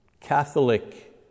Catholic